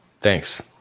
Thanks